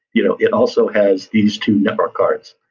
you know it also has these two network cards,